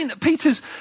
Peter's